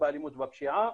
באלימות והפשיעה.